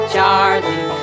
Charlie